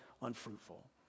unfruitful